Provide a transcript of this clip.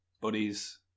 buddies